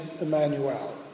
Emmanuel